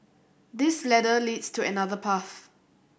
this ladder leads to another path